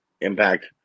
Impact